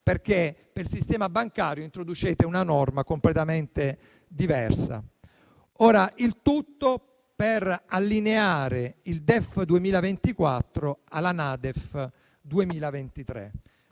caro, per il quale introducete una norma completamente diversa. Il tutto per allineare il DEF 2024 alla NADEF 2023,